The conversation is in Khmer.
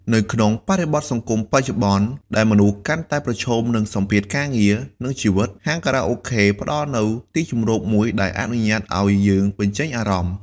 នៅក្នុងបរិបទសង្គមបច្ចុប្បន្ន ដែលមនុស្សកាន់តែប្រឈមនឹងសម្ពាធការងារ និងជីវិត ហាងខារ៉ាអូខេផ្តល់នូវទីជម្រកមួយដែលអនុញ្ញាតឲ្យយើងបញ្ចេញអារម្មណ៍។